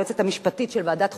היועצת המשפטית של ועדת חוקה,